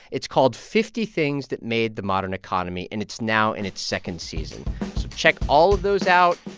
it's called fifty things that made the modern economy, and it's now in its second season. so check all of those out,